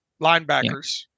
linebackers